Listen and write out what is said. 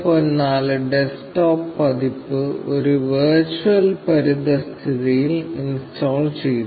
04 desktop പതിപ്പ് ഒരു virtual പരിതസ്ഥിതിയിൽ ഇൻസ്റ്റാൾ ചെയ്തു